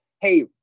hey